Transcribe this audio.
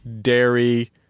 dairy